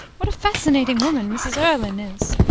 what a fascinating woman mrs. erlynne is!